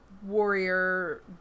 warrior